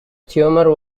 tumor